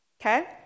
okay